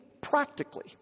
practically